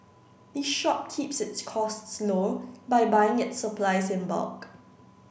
the shop keeps its costs low by buying its supplies in bulk